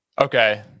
Okay